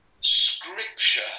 scripture